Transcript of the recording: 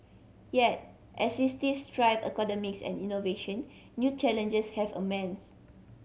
yet as drive economies and innovation new challenges have